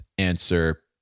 answer